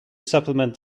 supplement